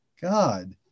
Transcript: God